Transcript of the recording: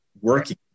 working